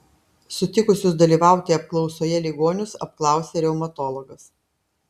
sutikusius dalyvauti apklausoje ligonius apklausė reumatologas